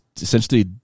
essentially